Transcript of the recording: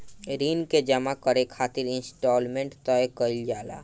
ऋण के जामा करे खातिर इंस्टॉलमेंट तय कईल जाला